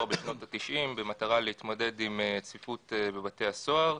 בשנות התשעים במטרה להתמודד עם צפיפות בבתי הסוהר.